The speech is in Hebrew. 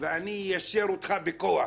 אני איישר אותך בכוח.